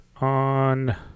on